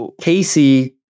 Casey